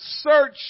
search